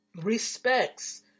Respects